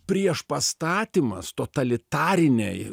prieš pastatymas totalitarinei